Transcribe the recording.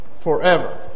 forever